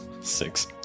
Six